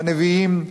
הנביאים,